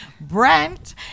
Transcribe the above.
Brent